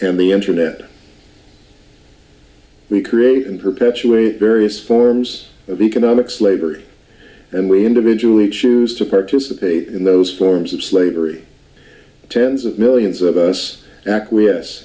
and the internet we create and perpetuate various forms of economic slavery and we individually choose to participate in those forms of slavery tens of millions of us acquiesce